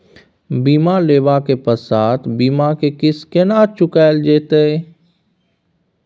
बीमा लेबा के पश्चात बीमा के किस्त केना चुकायल जेतै?